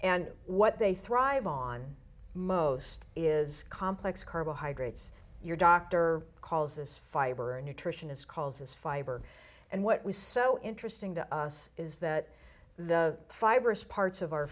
and what they thrive on most is complex carbohydrates your doctor calls this fiber a nutritionist calls this fiber and what was so interesting to us is that the fibrous parts of our